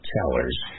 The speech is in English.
tellers